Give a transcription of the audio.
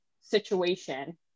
situation